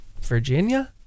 virginia